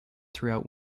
throughout